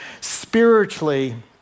spiritually